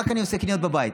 רק אני עושה קניות בבית,